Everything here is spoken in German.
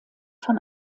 von